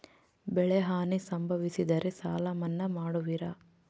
ಬೆಳೆಹಾನಿ ಸಂಭವಿಸಿದರೆ ಸಾಲ ಮನ್ನಾ ಮಾಡುವಿರ?